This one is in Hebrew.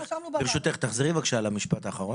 ברשותך, תחזרי בבקשה על המשפט האחרון.